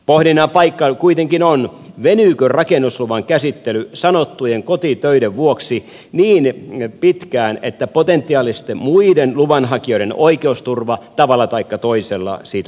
pohdinnan paikka kuitenkin on venyykö rakennusluvan käsittely sanottujen kotitöiden vuoksi niin pitkään että potentiaalisten muiden luvanhakijoiden oikeusturva tavalla taikka toisella siitä loukkaantuu